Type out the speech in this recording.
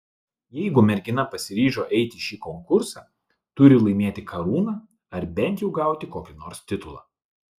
jeigu mergina pasiryžo eiti į šį konkursą turi laimėti karūną arba bent jau gauti kokį nors titulą